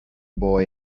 boy